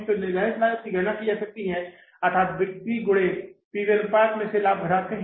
तो निर्धारित लागत की गणना की जा सकती है अर्थात बिक्री गुने पी वी अनुपात में से लाभ घटाते है